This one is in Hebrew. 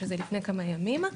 כלומר, לפני כמה ימים.